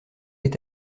est